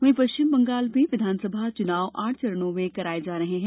वहीं पश्चिम बंगाल में विधानसभा चुनाव आठ चरणों में कराए जा रहे हैं